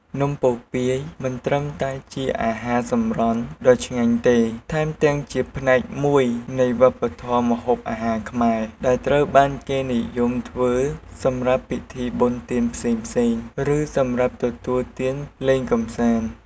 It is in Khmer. នំពពាយមិនត្រឹមតែជាអាហារសម្រន់ដ៏ឆ្ងាញ់ទេ ថែមទាំងជាផ្នែកមួយនៃវប្បធម៌ម្ហូបអាហារខ្មែរ ដែលត្រូវបានគេនិយមធ្វើសម្រាប់ពិធីបុណ្យទានផ្សេងៗ ឬសម្រាប់ទទួលទានលេងកម្សាន្ត។